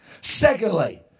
Secondly